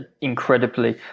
incredibly